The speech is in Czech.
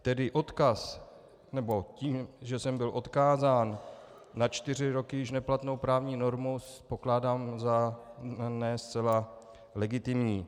Tedy odkaz nebo tím, že jsem byl odkázán na již čtyři roky neplatnou právní normu, pokládám za ne zcela legitimní.